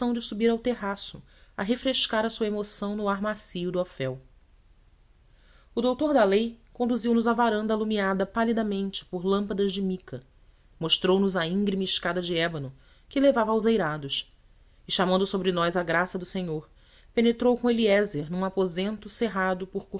subir ao terraço a refrescar a sua emoção no ar macio de ofel o doutor da lei conduziu nos à varanda alumiada palidamente por lâmpadas de mica mostrou nos a íngreme escada de ébano que levava aos eirados e chamando sobre nós a graça do senhor penetrou com eliézer num aposento cerrado por